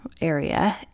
area